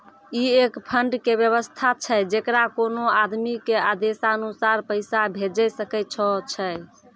ई एक फंड के वयवस्था छै जैकरा कोनो आदमी के आदेशानुसार पैसा भेजै सकै छौ छै?